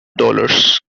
dollars